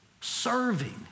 Serving